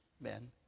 Men